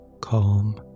Calm